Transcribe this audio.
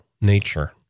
nature